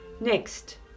Next